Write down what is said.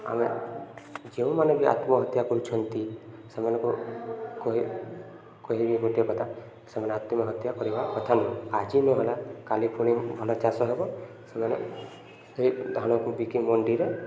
ଆମେ ଯେଉଁମାନେ ବି ଆତ୍ମହତ୍ୟା କରୁଛନ୍ତି ସେମାନଙ୍କୁ କହିବି କହିବି ଗୋଟେ କଥା ସେମାନେ ଆତ୍ମହତ୍ୟା କରିବା କଥା ନୁହଁ ଆଜି ନ ହେଲା କାଲି ପୁଣି ଭଲ ଚାଷ ହେବ ସେମାନେ ସେଇ ଧାନକୁ ବିକି ମଣ୍ଡିରେ